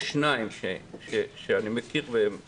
שניים שאני מכיר והם כרגע.